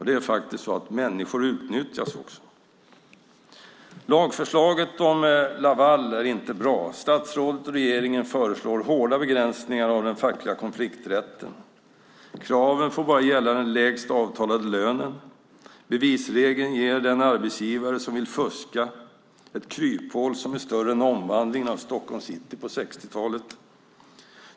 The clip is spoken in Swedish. Det är faktiskt så att människor utnyttjas också. Lagförslaget om Laval är inte bra. Statsrådet och regeringen föreslår hårda begränsningar av den fackliga konflikträtten. Kraven får bara gälla den lägst avtalade lönen. Bevisregeln ger den arbetsgivare som vill fuska ett kryphål som är större än omvandlingen av Stockholms city på 60-talet.